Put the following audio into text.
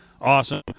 awesome